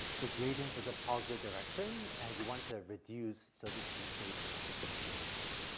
the gradient is a positive direction and you want to reduce, so this would be theta and this will be j i guess.